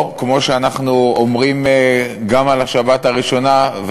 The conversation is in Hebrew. או כמו שאנחנו אומרים גם על השבת הראשונה,